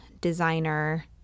designer